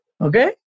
Okay